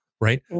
Right